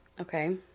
Okay